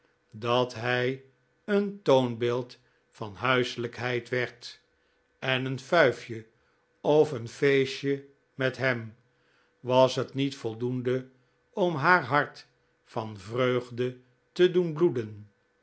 dat hij een toonbeeld van huiselijkheid werd en een fuifje of een feestje met hem was het niet voldoende om haar hart van vreugde te doen bloeden